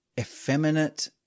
effeminate